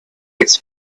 its